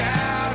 out